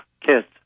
kids